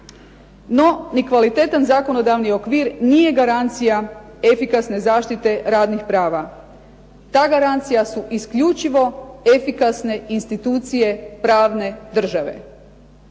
No, ni kvalitetan zakonodavni okvir nije garancija efikasne zaštite radnih prava. Ta garancija su isključivo efikasnije institucije pravne države.